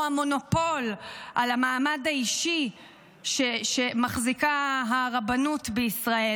או המונופול על המעמד האישי שמחזיקה הרבנות בישראל,